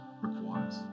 requires